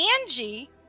Angie